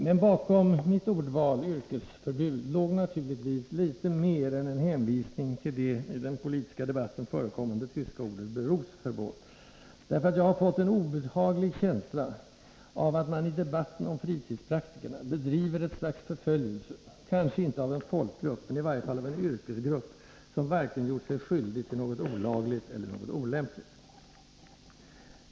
Men bakom mitt ordval — ”yrkesförbud” — låg naturligtvis litet mer än en hänvisning till det i den politiska debatten förekommande tyska ordet ”Berufsverbot”, därför att jag har fått en obehaglig känsla av att man i debatten om fritidspraktikerna bedriver ett slags förföljelse, kanske inte av en folkgrupp, men i varje fall av en yrkesgrupp, som varken gjort sig skyldig till något olagligt eller till något olämpligt.